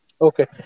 okay